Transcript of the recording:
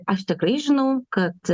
aš tikrai žinau kad